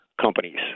companies